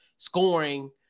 scoring